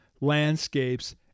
landscapes